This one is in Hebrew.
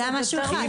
זה היה משהו אחד.